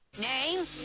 Name